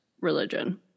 religion